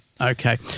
Okay